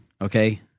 okay